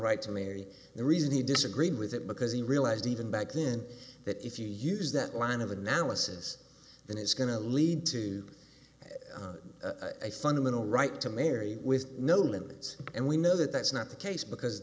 right to marry the reason he disagreed with it because he realized even back then that if you use that line of analysis then it's going to lead to a fundamental right to marry with no limits and we know that that's not the case because